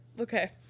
okay